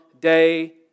day